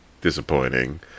disappointing